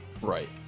Right